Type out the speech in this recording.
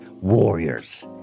warriors